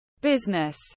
business